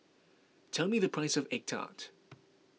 tell me the price of Egg Tart